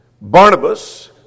Barnabas